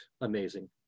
amazing